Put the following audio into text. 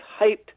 hyped